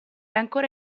ancora